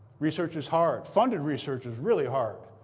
research is hard. funded research is really hard.